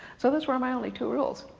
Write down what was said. so those were my only two rules.